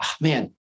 Man